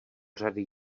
řady